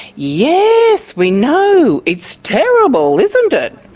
yes, we know! it's terrible, isn't it?